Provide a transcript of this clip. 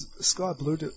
sky-blue